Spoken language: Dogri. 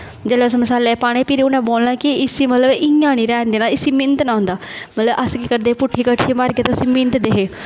जेल्लै उस मसाले च पाने फिर उ'नें बोलना कि इसी मतलब इ'यां नेईं रैहन देना इसी मिंधना होंदा मतलब अस केह् करदे हे पुट्ठी कड़छी मारियै ते उसी मिंधदे हे